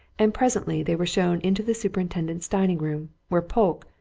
and presently they were shown into the superintendent's dining-room, where polke,